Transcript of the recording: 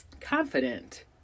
confident